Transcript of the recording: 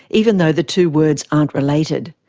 even though the two words aren't related.